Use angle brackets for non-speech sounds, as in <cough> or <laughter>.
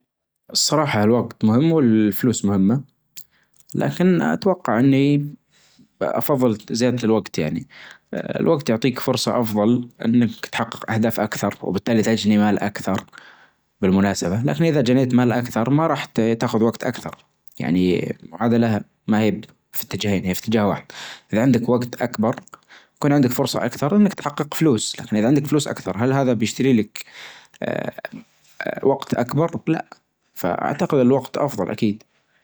الصراحة الوجت مهم والفلوس مهمة. لكن اتوقع اني بفضل زيادة الوقت يعني. الوجت يعطيك فرصة افظل انك تحقق اهداف اكثر وبالتالي تجني مال اكثر بالمناسبة لكن اذا جنيت مال اكثر ما راح تاخذ وجت اكثر يعني معادلة ما هي في اتجاهين هي في اتجاه واحد. اذا عندك وجت اكبر يكون عندك فرصة اكثر انك تحقق فلوس لكن اذا عندك فلوس اكثر هل هذا بيشتري لك <hesitation> وقت اكبر? لا. فاعتقد الوقت افظل اكيد.